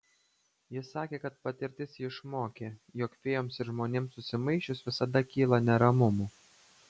jis sakė kad patirtis jį išmokė jog fėjoms ir žmonėms susimaišius visada kyla neramumų